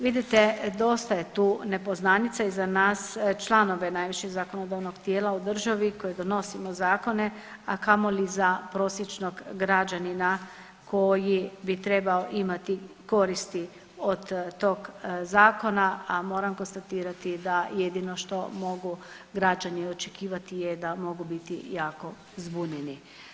Vidite, dosta je tu nepoznanica i za nas članove najvišeg zakonodavnog tijela u državi koji donosimo zakone, a kamoli za prosječnog građanina koji bi trebao imati koristi od tog zakona, a moram konstatirati da jedino što mogu građani očekivati je da mogu biti jako zbunjeni.